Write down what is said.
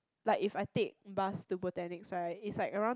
like if I take bus to botanics right it's like around